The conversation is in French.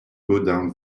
gaudin